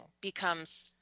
becomes